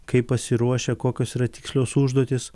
kaip pasiruošę kokios yra tikslios užduotys